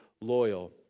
loyal